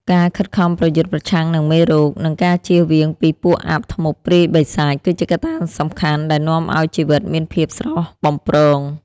ការខិតខំប្រយុទ្ធប្រឆាំងនឹងមេរោគ និងការជៀសវាងពីពួកអាបធ្មប់ព្រាយបិសាច គឺជាកត្តាសំខាន់ដែលនាំឱ្យជីវិតមានភាពស្រស់បំព្រង។